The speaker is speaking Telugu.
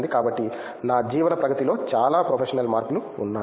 కాబట్టి నా జీవన ప్రగతి లో చాలా ప్రొఫెషనల్ మార్పులు ఉన్నాయి